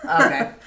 Okay